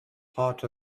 part